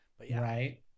Right